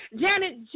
Janet